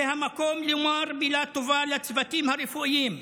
זה המקום לומר מילה טובה לצוותים הרפואיים,